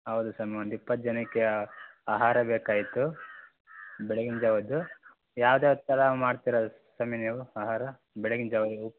ಹೌದು ಸ್ವಾಮಿ ಒಂದು ಇಪ್ಪತ್ತು ಜನಕ್ಕೆ ಆಹಾರ ಬೇಕಾಗಿತ್ತು ಬೆಳಗಿನ ಜಾವದ್ದು ಯಾವ್ದ್ಯಾವ್ದು ಥರ ಮಾಡ್ತೀರ ಸ್ವಾಮಿ ನೀವು ಆಹಾರ ಬೆಳಗಿನ ಜಾವ